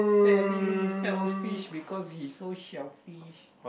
Sally sells fish because he so sell fish